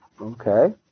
Okay